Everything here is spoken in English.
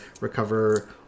recover